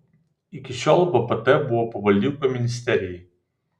iki šiol vpt buvo pavaldi ūkio ministerijai